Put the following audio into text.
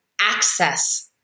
access